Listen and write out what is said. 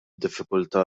diffikultà